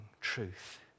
truth